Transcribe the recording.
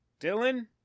Dylan